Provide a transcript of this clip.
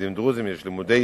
ולתלמידים דרוזים יש לימודי